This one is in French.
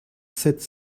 sept